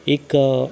एक